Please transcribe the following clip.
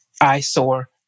eyesore